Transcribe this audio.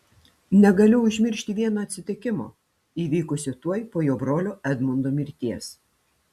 negaliu užmiršti vieno atsitikimo įvykusio tuoj po jo brolio edmundo mirties